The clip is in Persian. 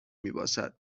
میباشد